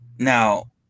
Now